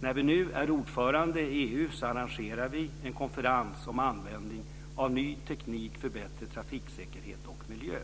När vi nu är ordförande i EU arrangerar vi en konferens om användning av ny teknik för bättre trafiksäkerhet och miljö.